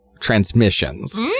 transmissions